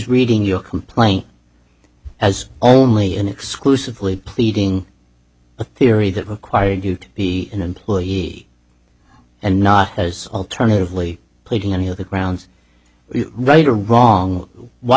reading your complaint as only an exclusively pleading a theory that required you to be an employee and not as alternatively played in any of the grounds right or wrong why